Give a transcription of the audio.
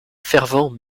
fervent